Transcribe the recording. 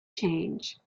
change